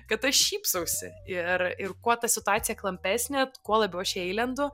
kad aš šypsausi ir ir kuo ta situacija klampesnė kuo labiau aš į ją įlendu